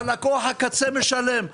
לקוח הקצה משלם.